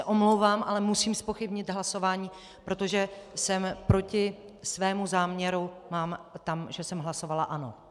Omlouvám se, ale musím zpochybnit hlasování, protože proti svému záměru tam mám, že jsem hlasovala ano.